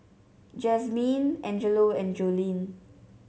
Jazmyne Angelo and Joleen